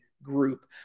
Group